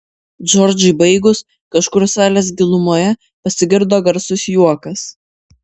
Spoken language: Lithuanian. džordžai baigus kažkur salės gilumoje pasigirdo garsus juokas